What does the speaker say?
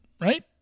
right